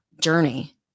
journey